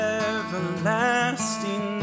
everlasting